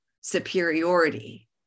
superiority